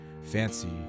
fancy